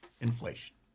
inflation